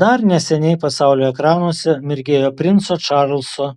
dar neseniai pasaulio ekranuose mirgėjo princo čarlzo